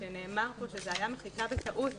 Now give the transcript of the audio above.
שנאמר פה שזו הייתה מחיקה בטעות.